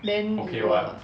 then it will